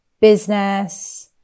business